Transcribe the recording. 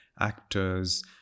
actors